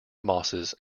mosses